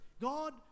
God